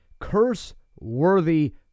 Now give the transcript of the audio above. curse-worthy